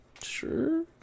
sure